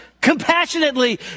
compassionately